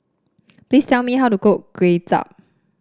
please tell me how to cook Kuay Chap